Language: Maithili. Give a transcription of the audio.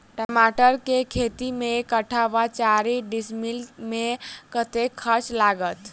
टमाटर केँ खेती मे एक कट्ठा वा चारि डीसमील मे कतेक खर्च लागत?